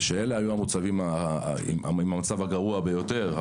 כשאלה היו המוצבים במצב הגרוע ביותר.